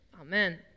amen